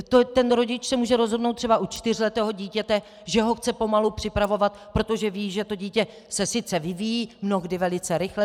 To si rodič může rozhodnout třeba u čtyřletého dítěte, že ho chce pomalu připravovat, protože ví, že dítě se sice vyvíjí, mnohdy velice rychle.